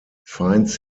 finds